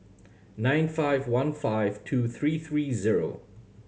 nine five one five two three three zero